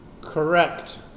Correct